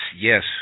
yes